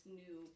new